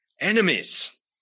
Enemies